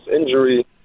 injury